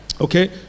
Okay